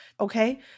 okay